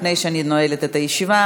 לפני שאני נועלת את הישיבה,